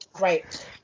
right